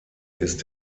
ist